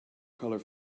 color